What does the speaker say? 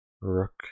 Rook